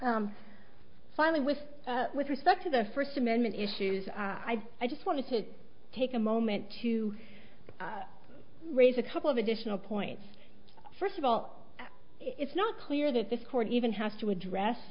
finally with with respect to the first amendment issues i i just wanted to take a moment to raise a couple of additional points first of all it's not clear that this court even has to address